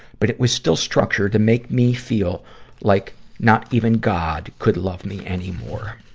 but it was still structured to make me feel like not even god could love me anymore.